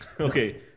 Okay